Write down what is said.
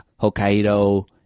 Hokkaido